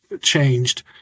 changed